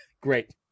Great